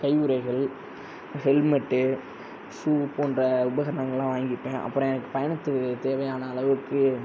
கை உறைகள் helmet shoe போன்ற உபகரணங்கள்லாம் வாங்கிப்பேன் அப்புறம் எனக்கு பயணத்துக்கு தேவையான அளவுக்கு